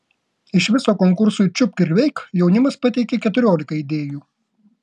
iš viso konkursui čiupk ir veik jaunimas pateikė keturiolika idėjų